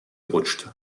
rutscht